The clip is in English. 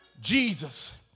Jesus